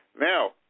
Now